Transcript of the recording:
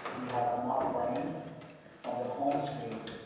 you have a now playing on the home screen.